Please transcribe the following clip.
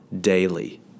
daily